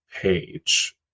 page